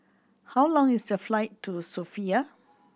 how long is the flight to Sofia